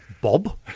Bob